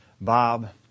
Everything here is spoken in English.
Bob